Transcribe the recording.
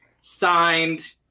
signed